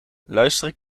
luisteren